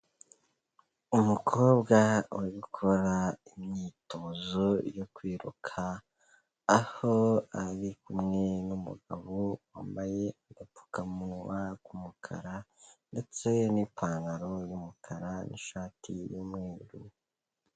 Umukobwa uri gukora imyitozo yo kwiruka aho ari kumwe n'umugabo wambaye agapfukamunwa k'umukara ndetse n'ipantaro y'umukara n'ishati y'umweru.